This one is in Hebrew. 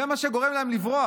זה מה שגורם להם לברוח.